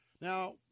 Now